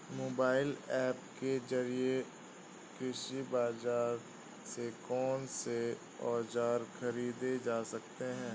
Mobile app के जरिए कृषि बाजार से कौन से औजार ख़रीदे जा सकते हैं?